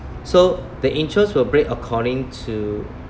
so the interests will break according to